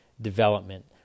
development